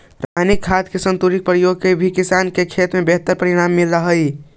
रसायनिक खाद के संतुलित प्रयोग से भी किसान के खेत में बेहतर परिणाम मिलऽ हई